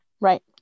right